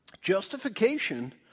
Justification